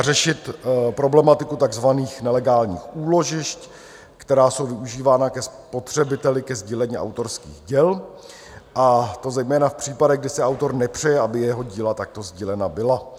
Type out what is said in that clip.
Má řešit problematiku takzvaných nelegálních úložišť, která jsou využívána spotřebiteli ke sdílení autorských děl, a to zejména v případech, kdy si autor nepřeje, aby jeho díla takto sdílena byla.